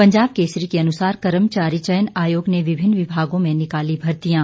पंजाब केसरी के अनुसार कर्मचारी चयन आयोग ने विभिन्न विभागों में निकाली भर्तियां